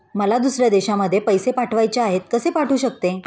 मला दुसऱ्या देशामध्ये पैसे पाठवायचे आहेत कसे पाठवू शकते?